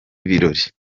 birori